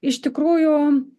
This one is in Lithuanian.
iš tikrųjų